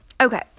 okay